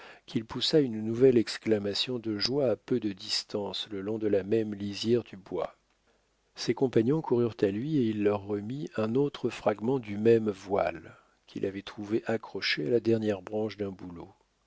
qu'il poussa une nouvelle exclamation de joie à peu de distance le long de la même lisière du bois ses compagnons coururent à lui et il leur remit un autre fragment du même voile qu'il avait trouvé accroché à la dernière branche d'un bouleau